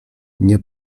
nie